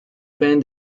fan